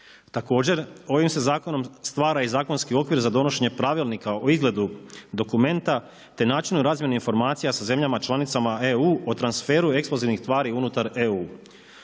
Također ovim se zakonom stvara i zakonski okvir za donošenje pravilnika o izgledu dokumenta te načinu i razmjeni informacija sa zemljama članicama EU o transferu eksplozivnih tvari unutar EU.